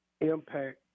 impact